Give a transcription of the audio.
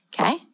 okay